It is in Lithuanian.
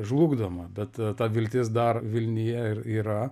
žlugdoma bet ta viltis dar vilnija ir yra